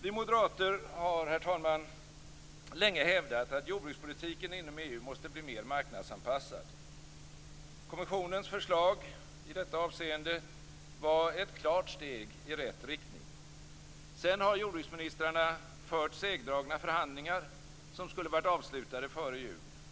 Vi moderater har länge hävdat att jordbrukspolitiken inom EU måste bli mer marknadsanpassad. Kommissionens förslag i det avseendet var ett klart steg i rätt riktning. Sedan har jordbruksministrarna fört segdragna förhandlingar, som skulle ha varit avslutade före jul.